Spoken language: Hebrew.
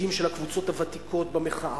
נציגים של הקבוצות הוותיקות במחאה,